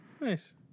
Nice